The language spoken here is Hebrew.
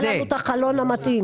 שיימצא לנו את החלון המתאים.